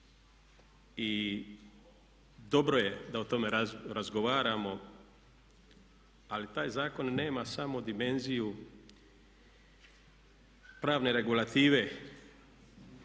dobro je da o tome razgovaramo, ali taj zakon nema samo dimenziju pravne regulative